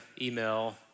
email